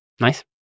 Nice